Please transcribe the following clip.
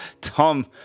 Tom